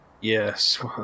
Yes